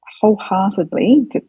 wholeheartedly